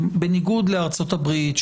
בניגוד לארצות הברית,